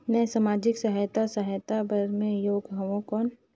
मैं समाजिक सहायता सहायता बार मैं योग हवं कौन?